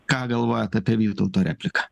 ką galvojat apie vytauto repliką